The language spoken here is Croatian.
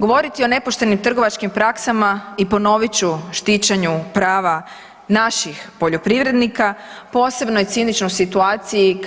Govoriti o nepoštenim trgovačkim praksama i ponovit ću, štićenju prava naših poljoprivrednika, posebno je cinično u situaciji,